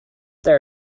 there